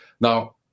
Now